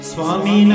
Swami